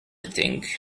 think